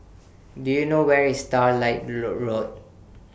Do YOU know Where IS Starlight Low Road